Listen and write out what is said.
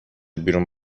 بیرون